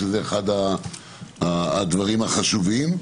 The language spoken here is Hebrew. שזה אחד הדברים החשובים.